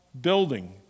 building